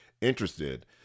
interested